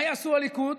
מה יעשו הליכוד?